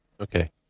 Okay